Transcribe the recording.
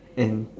and